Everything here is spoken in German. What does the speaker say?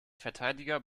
verteidiger